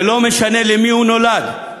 ולא משנה למי הוא נולד,